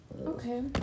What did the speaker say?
Okay